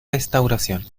restauración